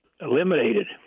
eliminated